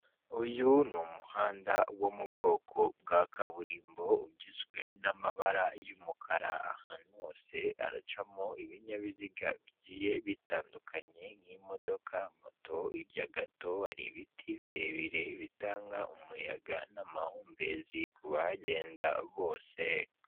Abagore basaga bane ndetse n'umugabo wambaye ikoti ry'umukara, ishati ndetse na karuvati bicaye mu ntebe z'umukara imbere yabo hari ibintu byinshi bitandukanye nk'uducupa tw'amazi, mudasobwa ndetse n'utwuma ndangururamajwi, inyuma yabo hari ibendera ry'u Rwanda ndetse n'ibendera ry'ikirango cy'igihugu cy'u Rwanda.